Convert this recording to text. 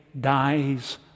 dies